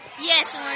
Yes